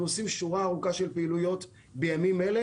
אנחנו עושים שורה ארוכה של פעילויות בימים אלה